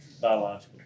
biological